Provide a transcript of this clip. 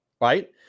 right